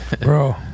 Bro